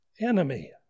Enemy